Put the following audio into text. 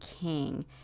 king